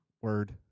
Word